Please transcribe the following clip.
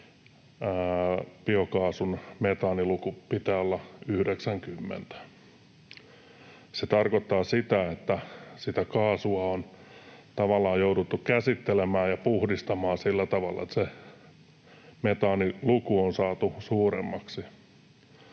biokaasun metaaniluvun pitää olla 90. Se tarkoittaa sitä, että sitä kaasua on tavallaan jouduttu käsittelemään ja puhdistamaan sillä tavalla, että se metaaniluku on saatu suuremmaksi.